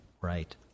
Right